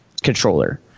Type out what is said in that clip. controller